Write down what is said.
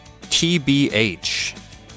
TBH